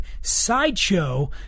Sideshow